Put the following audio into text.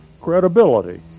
Credibility